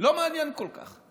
לא מעניין כל כך.